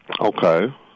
Okay